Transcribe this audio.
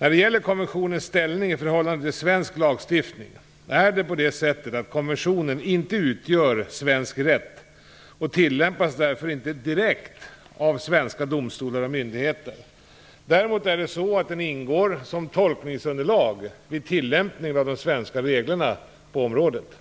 När det gäller konventionens ställning i förhållande till svensk lagstiftning är det på det sättet att konventionen inte utgör svensk rätt och därför inte tillämpas direkt av svenska domstolar och myndigheter. Däremot ingår den som tolkningsunderlag vid tilllämpningen av de svenska reglerna på området.